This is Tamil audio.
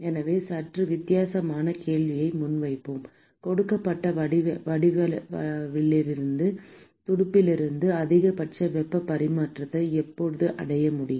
எனவே சற்று வித்தியாசமான கேள்வியை முன்வைப்போம் கொடுக்கப்பட்ட வடிவியலின் துடுப்பிலிருந்து அதிகபட்ச வெப்ப பரிமாற்றத்தை எப்போது அடைய முடியும்